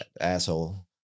asshole